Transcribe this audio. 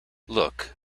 look